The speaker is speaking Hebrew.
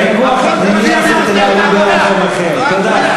תן לי, עכשיו אני, תכבד.